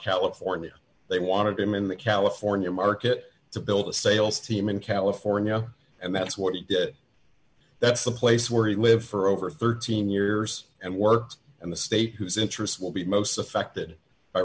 california they wanted him in the california market to build a sales team in california and that's what he did that's the place where he lived for over thirteen years and works in the state whose interest will be most affected by